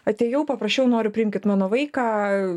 atėjau paprašiau noriu priimkit mano vaiką